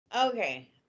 Okay